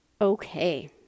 Okay